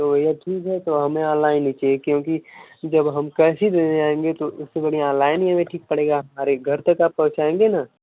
तो भैया ठीक है तो हमें अनलाइन ही चाहिये क्योंकि जब हम कैश ही देने आएंगे तो उससे बढ़िया अनलाइन में भी ठीक पड़ेगा अरे घर तक आप पहुँचाएंगे न